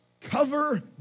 cover